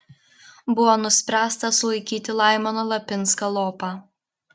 buvo nuspręsta sulaikyti laimoną lapinską lopą